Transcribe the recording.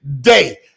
day